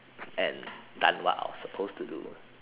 and done what I was suppose to do